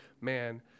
man